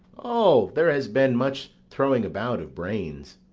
o, there has been much throwing about of brains.